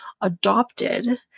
adopted